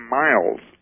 miles